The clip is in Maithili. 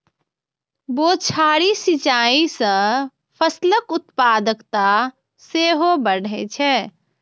बौछारी सिंचाइ सं फसलक उत्पादकता सेहो बढ़ै छै